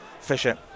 Fisher